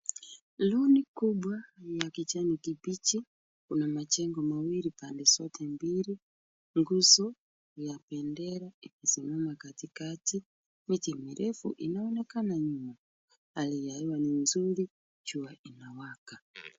Loni kubwa la kijani kibichi. Kuna majengo mawili pande zote mbili. Nguzo ya bendera imesimama katikati. Miji mirefu inaonekana nyuma. Hali ya hewa ni nzuri. Jua inawaka.